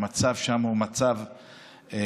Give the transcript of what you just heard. המצב שם הוא מצב קטסטרופלי.